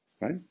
right